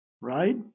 right